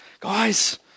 Guys